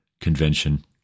convention